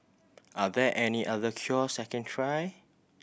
are there any other cures I can try